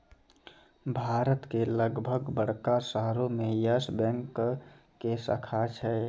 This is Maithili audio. भारत के लगभग बड़का शहरो मे यस बैंक के शाखा छै